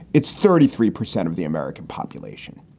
it's thirty three percent of the american population.